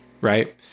right